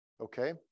okay